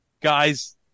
guys